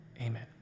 Amen